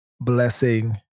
blessing